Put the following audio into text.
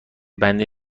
بندی